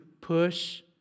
push